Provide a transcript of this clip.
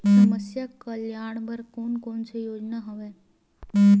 समस्या कल्याण बर कोन कोन से योजना हवय?